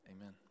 amen